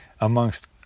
amongst